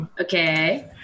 Okay